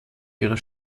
ihrer